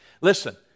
Listen